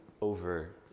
over